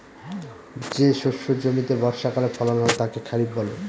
যে শস্য জমিতে বর্ষাকালে ফলন হয় তাকে খরিফ বলে